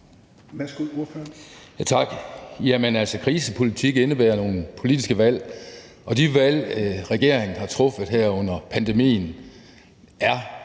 Jamen krisepolitik indebærer nogle politiske valg, og de valg, regeringen har truffet her under pandemien, er